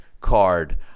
card